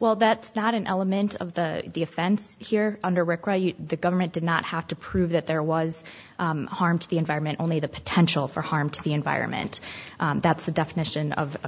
well that's not an element of the the offense here under record the government did not have to prove that there was harm to the environment only the potential for harm to the environment that's the definition of of